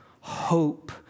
Hope